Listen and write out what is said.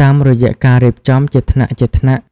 តាមរយៈការរៀបចំជាថ្នាក់ៗ